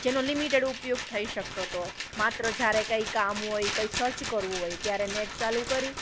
જેનો લિમિટેડ ઉપયોગ થઈ શકતો તો માત્ર જ્યારે કાંઇ કામ હોય કે કંઇ સર્ચ કરવું હોય ત્યારે નેટ ચાલુ કરી